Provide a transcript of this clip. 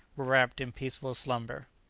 were wrapped in peaceful slumber.